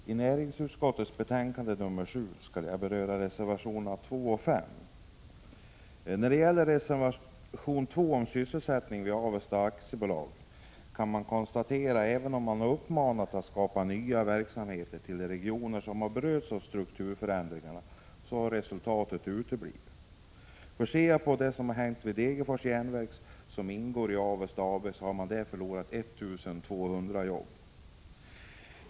Herr talman! Jag skall beröra reservationerna 2 och 5 i näringsutskottets betänkande 7. När det gäller reservation 2, om sysselsättningen vid Avesta AB, kan det konstateras att även om man har uppmanats att skapa nya verksamheter till de regioner som har berörts av strukturförändringar har resultatet uteblivit. Som exempel kan jag nämna Degerfors Jernverk, som ingår i Avesta AB, där man har förlorat 1 200 jobb.